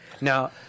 Now